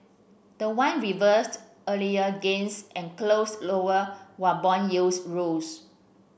the won reversed earlier gains and closed lower while bond yields rose